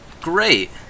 Great